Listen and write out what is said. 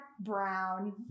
Brown